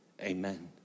Amen